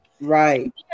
Right